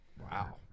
Wow